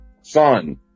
son